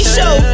Show